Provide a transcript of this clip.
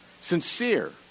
sincere